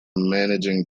managing